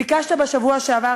ביקשת בשבוע שעבר,